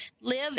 live